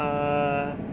err